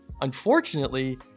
Unfortunately